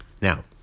Now